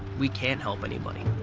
we can't help anybody.